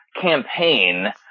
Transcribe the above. campaign